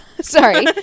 sorry